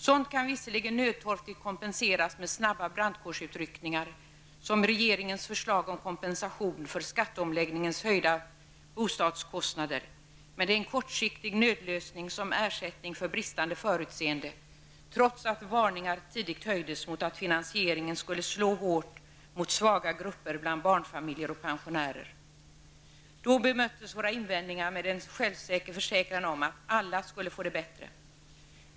Sådant kan visserligen nödtorftigt kompenseras med snabba brandkårsutryckningar som regeringens förslag om kompensation för skatteomläggningens höjda bostadskostnader. Men det är en kortsiktig nödlösning som ersättning för bristande förutseende, trots att varningar tidigt höjdes mot att finansieringen skulle slå hårt mot svaga grupper bland barnfamiljer och pensionärer. Då bemöttes våra invändningar med en självsäker försäkran om att alla skulle få det bättre.